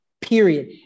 period